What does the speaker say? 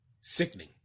Sickening